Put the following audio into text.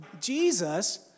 Jesus